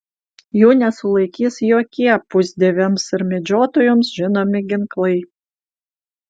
jų nesulaikys jokie pusdieviams ir medžiotojoms žinomi ginklai